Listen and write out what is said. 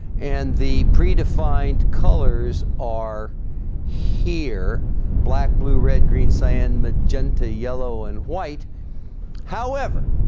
and the predefined colors are here black blue red green cyan magenta yellow, and white however